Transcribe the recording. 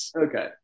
okay